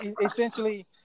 essentially